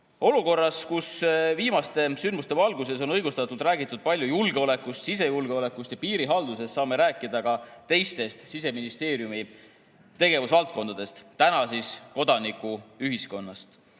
Olukorras, kus viimaste sündmuste valguses on õigustatult räägitud palju julgeolekust, sisejulgeolekust ja piirihaldusest, saame rääkida ka teistest Siseministeeriumi tegevusvaldkondadest. Täna räägime kodanikuühiskonnast.